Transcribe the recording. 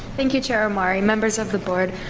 thank you, chair omari, members of the board.